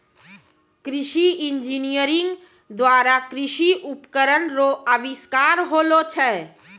कृषि इंजीनियरिंग द्वारा कृषि उपकरण रो अविष्कार होलो छै